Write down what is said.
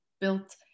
built